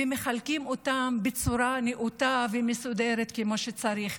ומחלק אותם בצורה נאותה ומסודרת כמו שצריך.